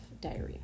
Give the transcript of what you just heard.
diarrhea